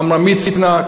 עמרם מצנע,